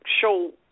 show